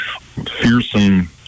fearsome